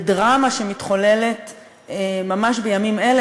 בדרמה שמתחוללת ממש בימים אלה,